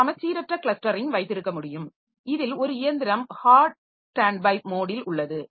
நாம் சமச்சீரற்ற கிளஸ்டரிங் வைத்திருக்க முடியும் இதில் ஒரு இயந்திரம் ஹாட் ஸ்டான்ட்பை மோடில் உள்ளது